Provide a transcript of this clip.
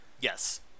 Yes